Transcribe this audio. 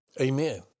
amen